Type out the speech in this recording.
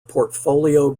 portfolio